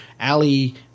Ali